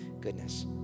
goodness